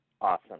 Awesome